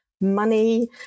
money